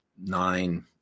nine